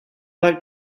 like